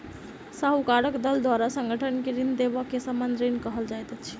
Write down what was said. साहूकारक दल द्वारा संगठन के ऋण देबअ के संबंद्ध ऋण कहल जाइत अछि